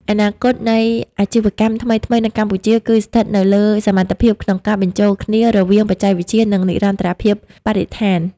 អនាគតនៃអាជីវកម្មថ្មីៗនៅកម្ពុជា គឺស្ថិតនៅលើសមត្ថភាពក្នុងការបញ្ចូលគ្នារវាងបច្ចេកវិទ្យា និងនិរន្តរភាពបរិស្ថាន។